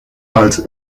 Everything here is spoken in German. als